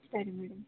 ಸರಿ ಮೇಡಮ್